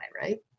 right